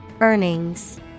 Earnings